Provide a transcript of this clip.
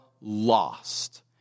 lost